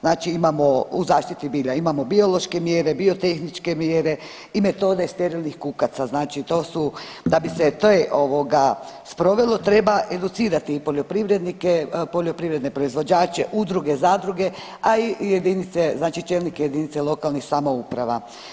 Znači imamo u zaštiti bilja imamo biološke mjere, biotehničke mjere i metode sterilnih kukaca, znači to su da bi se to je ovo sprovelo treba educirati poljoprivrednike, poljoprivredne proizvođače, udruge, zadruge, a i čelnike jedinica lokalnih samouprava.